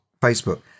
Facebook